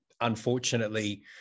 unfortunately